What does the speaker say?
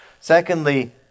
Secondly